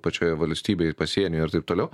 pačioje valstybėj ir pasieny ir taip toliau